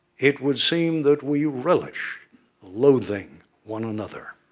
it would seem that we relish loathing one another.